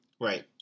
Right